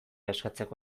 eskatzeko